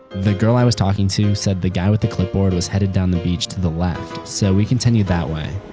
the girl i was talking to said the guy with the clipboard was headed down the beach to the left so we continued that way.